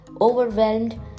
overwhelmed